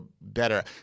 better